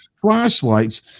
flashlights